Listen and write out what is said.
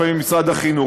לפעמים משרד החינוך.